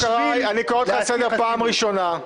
קרעי, אני קורא אותך לסדר פעם ראשונה.